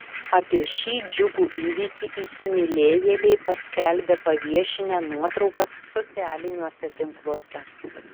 apie šį džiugų įvykį įsimylėjėliai paskelbė paviešinę nuotraukas socialiniuose tinkluose